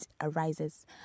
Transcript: arises